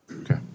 Okay